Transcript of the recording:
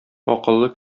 акыллы